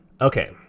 Okay